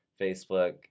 Facebook